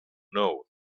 know